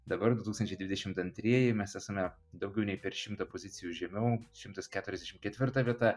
dabar du tūkstančiai dvidešim antrieji mes esame daugiau nei per šimtą pozicijų žemiau šimtas keturiasdešim ketvirta vieta